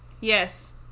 Yes